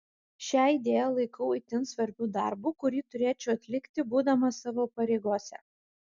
šią idėją laikau itin svarbiu darbu kurį turėčiau atlikti būdamas savo pareigose